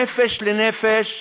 נפש אל נפש,